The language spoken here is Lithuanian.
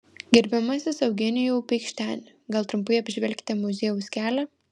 gerbiamasis eugenijau peikšteni gal trumpai apžvelkite muziejaus kelią